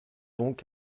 donc